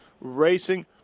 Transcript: Racing